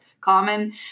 common